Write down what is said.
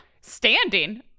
Standing